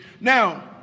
Now